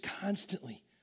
constantly